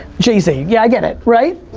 jay-z. ah yeah i get it right?